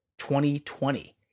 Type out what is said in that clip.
2020